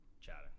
chatting